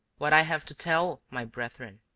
what i have to tell, my brethren,